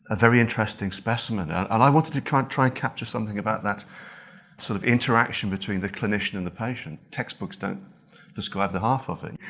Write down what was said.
ah very interesting specimen. and and i wanted to try and capture something about that sort of interaction between the clinician and the patient. text books don't describe the half of it.